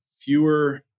fewer